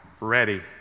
ready